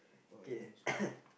oh I think so